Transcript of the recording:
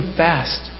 fast